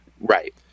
right